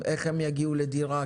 איך הם יגיעו לדירה,